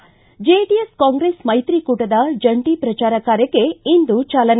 ಿ JDS Congress ಮೈತ್ರಿಕೂಟದ ಜಂಟಿ ಪ್ರಚಾರ ಕಾರ್ಯಕ್ಕೆ ಇಂದು ಚಾಲನೆ